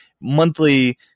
monthly